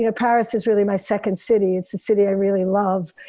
you know paris is really my second city. it's a city i really love.